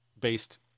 based